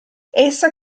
essa